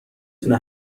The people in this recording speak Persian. تونه